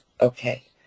Okay